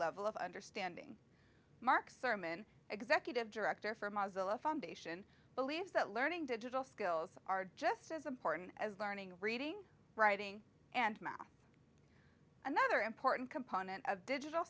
level of understanding marc sermon executive director for model a foundation believes that learning digital skills are just as important as learning reading writing and math another important component of digital